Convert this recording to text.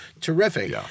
terrific